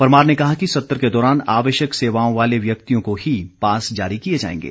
परमार ने कहा कि सत्र के दौरान आवश्यक सेवाओं वाले व्यक्तियों को ही पास जारी किए जाएंगे